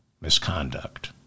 misconduct